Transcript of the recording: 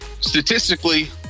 statistically